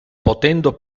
potendo